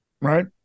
Right